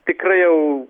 tikrai jau